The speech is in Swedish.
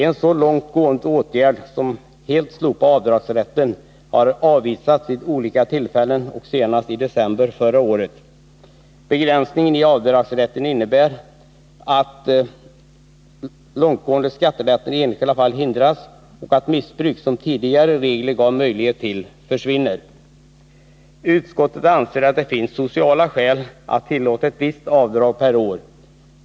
En så långt gående åtgärd som att helt slopa avdragsrätten har avvisats vid olika tillfällen och senast i december förra året. Begränsningen i avdragsrätten innebär att alltför långtgående skattelättnader i enskilda fall hindras och att det missbruk som tidigare regler gav möjlighet till försvinner. Utskottet anser att det finns sociala skäl att tillåta ett visst avdrag per år.